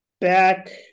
back